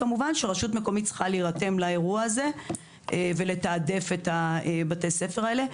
כמובן שרשות מקומית צריכה להירתם לאירוע הזה ולתעדף את בתי הספר האלה.